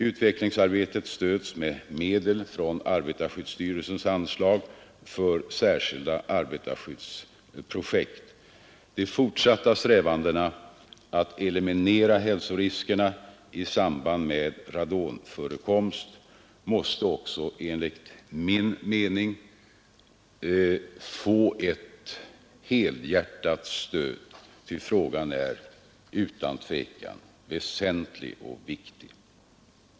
Utvecklingsarbetet stöds med medel från arbetarskyddsstyrelsens anslag för särskilda arbetarskyddsprojekt. De fortsatta strävandena att eliminera hälsoriskerna i samband med radonförekomst måste också enligt min mening få ett helhjärtat stöd, ty frågan är utan tvekan väsentlig och viktig.